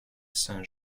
saint